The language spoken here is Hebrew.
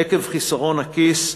עקב חסרון הכיס,